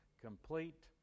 complete